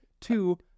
Two